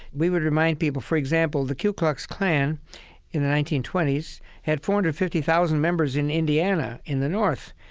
we would remind people for example, the ku klux klan in the nineteen twenty s had four hundred and fifty thousand members in indiana, in the north,